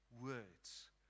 words